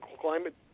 climate